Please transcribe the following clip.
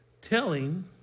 telling